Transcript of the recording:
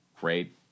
great